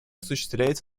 осуществляет